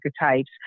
archetypes